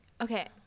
okay